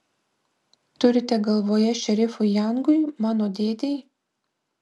turite galvoje šerifui jangui mano dėdei